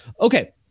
Okay